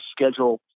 schedule